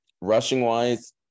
Rushing-wise